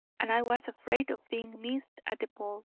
and i was afraid of being missed at the ball.